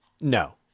no